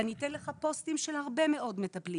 ואני אתן לך הרבה פוסטים של הרבה מאוד מטפלים.